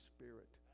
Spirit